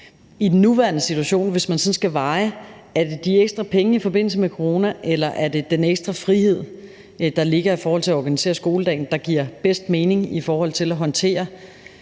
i den nuværende situation skal opveje, om det er de ekstra penge i forbindelse med coronaen eller det er den ekstra frihed, der ligger i forhold til at organisere skoledagen, der – hvad man kan sige – giver bedst mening i forhold til at håndtere